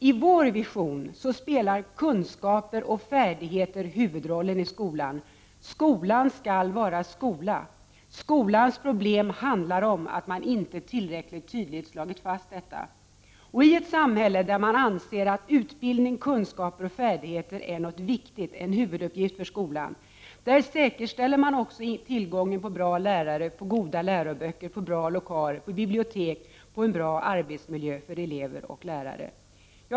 I vår vision spelar kunskaper och färdigheter huvudrollen i skolan. Skolan skall vara skola. Skolans problem handlar om att man inte tillräckligt tydligt slagit fast detta. I ett samhälle där man anser att utbildning, kunskaper och färdigheter är något viktigt — en huvuduppgift för skolan — säkerställer man tillgången på bra lärare, goda läroböcker, bra lokaler, bibliotek och en bra arbetsmiljö för elever och lärare.